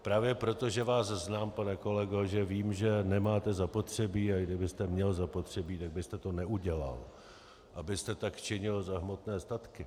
Právě proto, že vás znám, pane kolego, že vím, že nemáte zapotřebí, a i kdybyste měl zapotřebí, tak byste to neudělal, abyste tak činil za hmotné statky.